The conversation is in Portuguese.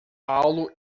paulo